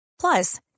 Plus